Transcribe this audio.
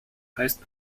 heißt